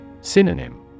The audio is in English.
Synonym